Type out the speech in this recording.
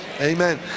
amen